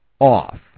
off